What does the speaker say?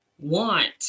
want